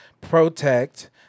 protect